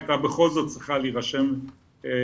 היא הייתה בכל זאת צריכה להירשם באגף